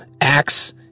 acts